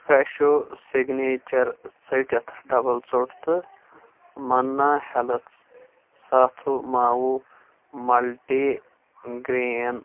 فرٛیٚشو signature ژٔٹِتھ double ژوٚٹھ تہٕ منا ہیٚلٕتھ ساتھو معاوُو ملٹی گرٛیٖن